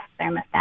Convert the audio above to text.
thermostat